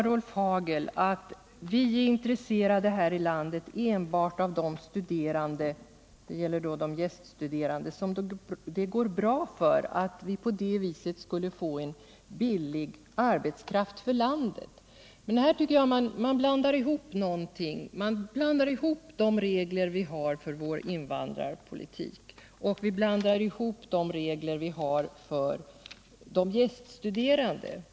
Rolf Hagel sade att vi är intresserade enbart av de gäststuderande som det går bra för — vi skulle på det sättet få en billig arbetskraft för landet. Rolf Hagel blandar då ihop de regler vi har för vår invandrarpolitik och de regler vi har för de gäststuderande.